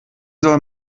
soll